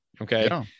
Okay